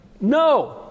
No